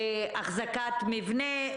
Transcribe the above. אחזקת מבנה,